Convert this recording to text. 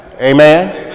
Amen